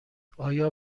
آیا